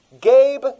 Gabe